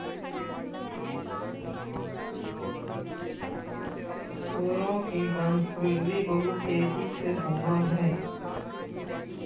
सुअरों की वंशवृद्धि बहुत तेजी से होव हई